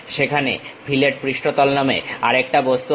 সেখানে ফিলেট পৃষ্ঠতল নামে আরেকটা বস্তু আছে